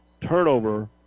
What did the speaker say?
turnover